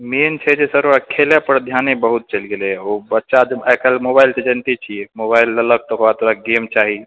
मेन छै जे सर ओकरा खेलय पर ध्याने बहुत चलि गेलय हँ ओ बच्चा आइ काल्हि मोबाइल तऽ जनिते छियै मोबाइल ललक तकर बाद ओकरा गेम चाही